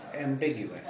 ambiguous